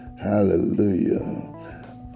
hallelujah